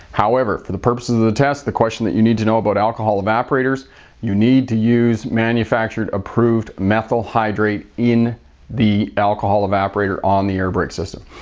however for the purpose of the the test, the question that you need to know about alcohol evaporators you need to use manufacturer-approved methyl hydrate in the alcohol evaporator on the air brake system.